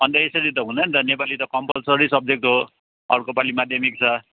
अनि त यसरी त हुँदैन त नेपाली त कम्पल्सरी सब्जेक्ट हो अर्को पालि माध्यमिक छ